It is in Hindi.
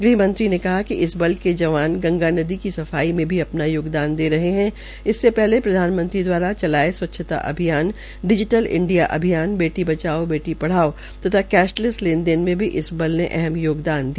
गृहंमंत्री ने कहा कि इस बल के जवान गंगा नदी की सफाई में भी अपना योगदान दे रहे है इससे पहले प्रधानमंत्री दवारा चलाये गये स्चच्छता अभियान डिजीटल इंडिया अभियान बेटी बचाओ बेटी पढ़ाओ तथा कैशलैस लेन देन मे भी इस बल ने अहम योगदान दिया